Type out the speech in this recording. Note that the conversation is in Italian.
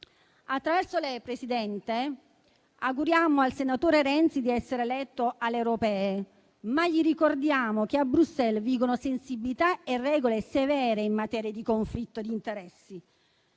Attraverso lei, signora Presidente, auguriamo al senatore Renzi di essere eletto alle consultazioni europee, ma gli ricordiamo che a Bruxelles vigono sensibilità e regole severe in materia di conflitto di interessi.